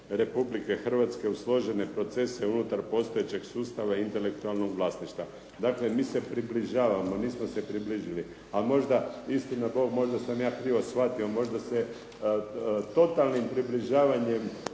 Republike Hrvatske u složene procese unutar postojećeg sustava intelektualnog vlasništva. Dakle, mi se približavamo, nismo se približili. A možda, istina Bog, možda sam ja krivo shvatio, možda se totalnim približavanjem